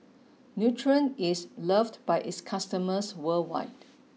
Nutren is loved by its customers worldwide